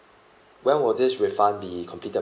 when will this refund be completed by